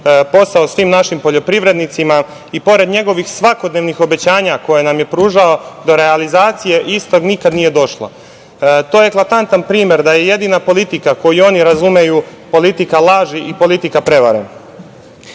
posao sa tim našim poljoprivrednicima, pored njegovih svakodnevnih obećanja koja nam je pružao do realizacije istog nikada nije došlo. To je eklatantan primer da je jedina politika koju oni razumeju politika laži i politika